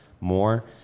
more